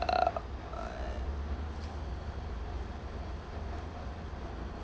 err err